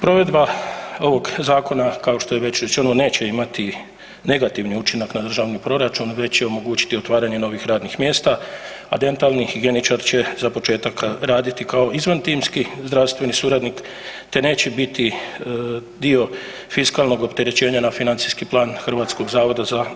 Provedba ovog zakona kao što je već rečeno neće imati negativni učinak na državni proračun već će omogućiti otvaranje novih radnih mjesta, a dentalni higijeničar će za početak raditi kao izvan timski zdravstveni suradnik te neće biti dio fiskalnog opterećenja na financijski plan HZZO-a.